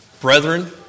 brethren